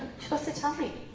supposed to tell me.